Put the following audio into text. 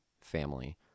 family